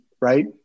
right